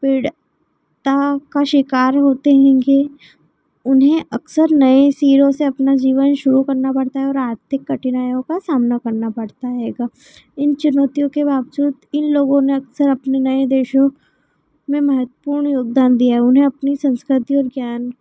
पीड़ा का का शिकार होते रहेंगे उन्हें अक्सर नए सिरों से अपना जीवन शुरू करना पड़ता है और आर्थिक कठिनाइओं का सामना करना पड़ता रहेगा इन चुनौतियों के बावजूद इन लोगों ने अक्सर अपने नए देशों में महत्वपूर्ण योगदान दिया उन्हें अपनी संस्कृति और ज्ञान